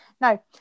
No